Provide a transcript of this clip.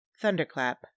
Thunderclap